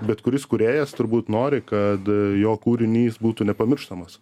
bet kuris kūrėjas turbūt nori kad jo kūrinys būtų nepamirštamas